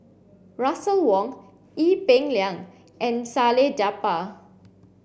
Russel Wong Ee Peng Liang and Salleh Japar